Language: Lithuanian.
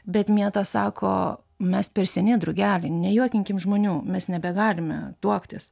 bet mėta sako mes per seni drugeli nejuokinkim žmonių mes nebegalime tuoktis